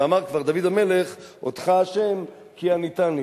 ואמר כבר דוד המלך: אודך, השם, כי עניתני.